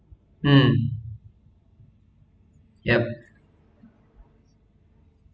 mm yup